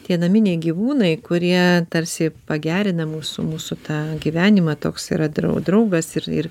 tie naminiai gyvūnai kurie tarsi pagerina mūsų mūsų tą gyvenimą toks yra draug draugas ir ir